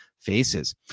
faces